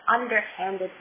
underhanded